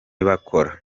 bakora